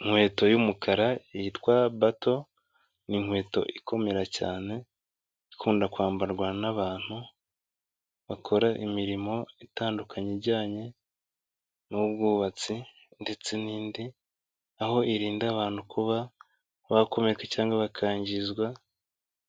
Inkweto y'umukara yitwa bato, ni inkweto ikomera cyane, ikunda kwambarwa n'abantu bakora imirimo itandukanye ijyanye n'ubwubatsi ndetse n'indi, aho irinda abantu kuba bakomereka cyangwa bakangizwa